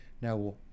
Now